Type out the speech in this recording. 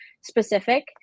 specific